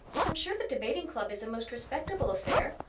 i'm sure the debating club is a most respectable affair,